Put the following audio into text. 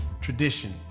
tradition